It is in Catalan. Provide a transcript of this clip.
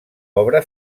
obra